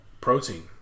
protein